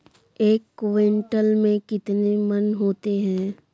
एक क्विंटल में कितने मन होते हैं?